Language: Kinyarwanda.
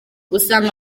usanga